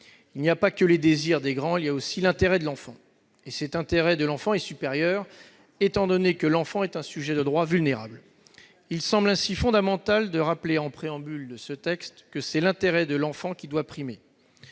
Il n'y a pas que les désirs des grands, il y a aussi l'intérêt de l'enfant, et cet intérêt est supérieur, dans la mesure où l'enfant est un sujet de droit vulnérable. Il semble ainsi fondamental de rappeler en préambule de ce texte que c'est l'intérêt de l'enfant qui doit primer.